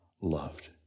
loved